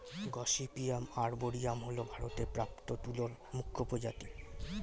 gossypium arboreum হল ভারতে প্রাপ্ত তুলোর মুখ্য প্রজাতি